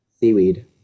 seaweed